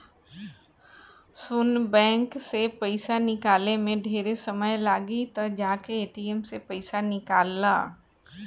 सुन बैंक से पइसा निकाले में ढेरे समय लागी त जाके ए.टी.एम से पइसा निकल ला